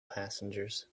passengers